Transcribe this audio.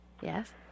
Yes